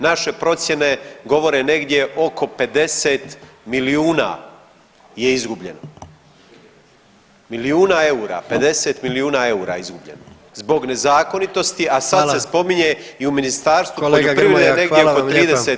Naše procjene govore negdje oko 50 milijuna je izgubljeno, milijuna eura, 50 milijuna eura je izgubljeno zbog nezakonitosti, a sad se spominje i u Ministarstvu poljoprivrede negdje oko 30 milijuna.